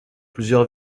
plusieurs